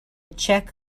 check